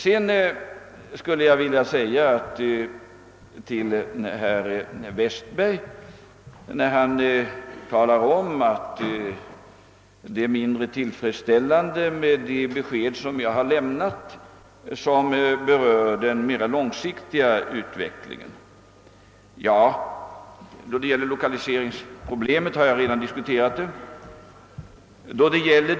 Herr Westberg ansåg att de besked som jag har lämnat beträffande den mer långsiktiga utvecklingen var mindre tillfredsställande. Lokaliseringsproblemet har jag redan diskuterat.